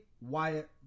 Wyatt